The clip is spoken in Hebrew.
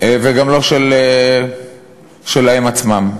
וגם לא שלהם עצמם.